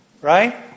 Right